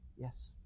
yes